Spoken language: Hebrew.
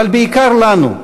אבל בעיקר לנו,